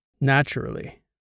Naturally